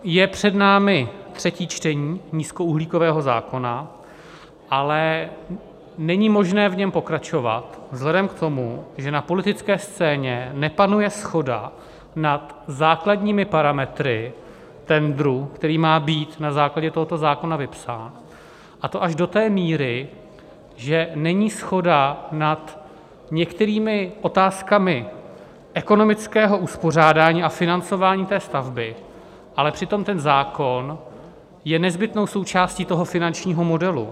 Je před námi třetí čtení nízkouhlíkového zákona, ale není možné v něm pokračovat vzhledem k tomu, že na politické scéně nepanuje shoda nad základními parametry tendru, který má být na základě tohoto zákona vypsán, a to až do té míry, že není shoda nad některými otázkami ekonomického uspořádání a financování té stavby, ale přitom ten zákon je nezbytnou součástí toho finančního modelu.